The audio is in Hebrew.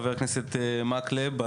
חבר הכנסת מקלב,